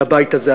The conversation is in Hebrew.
לבית הזה.